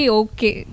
okay